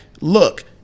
look